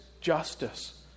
justice